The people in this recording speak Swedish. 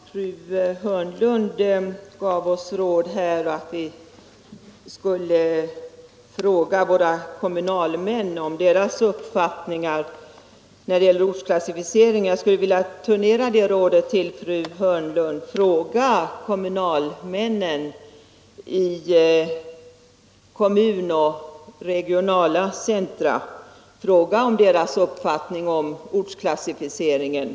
Fru talman! Fru Hörnlund gav oss rådet att vi skulle fråga våra kommunalmän om deras uppfattningar då det gäller ortsklassificeringen. Jag skulle vilja turnera det rådet till fru Hörnlund: Fråga kommunalmännen i kommuncentra och regionala centra om deras uppfattning om ortsklassificeringen!